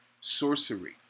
sorcery